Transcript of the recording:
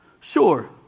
Sure